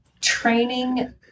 training